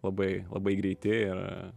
labai labai greiti ir